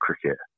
cricket